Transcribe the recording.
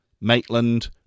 Maitland